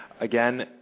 Again